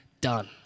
done